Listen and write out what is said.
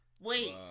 Wait